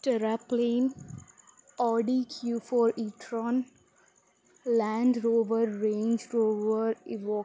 Terraplane Audi Q four e tron Land Rover Range Rover evoke